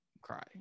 Cry